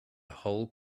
whole